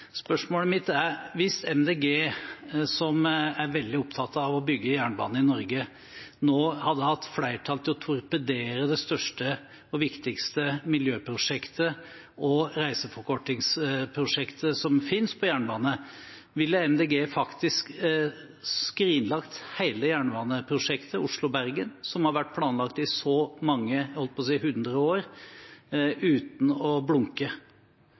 Spørsmålet mitt er: Hvis Miljøpartiet De Grønne, som er veldig opptatt av å bygge jernbane i Norge, nå hadde hatt flertall til å torpedere det største og viktigste miljø- og reiseforkortingsprosjektet som finnes på jernbane, ville Miljøpartiet De Grønne da faktisk ha skrinlagt hele jernbaneprosjektet Oslo–Bergen, som har vært planlagt i så mange år – jeg holdt på å si hundre år – uten å blunke?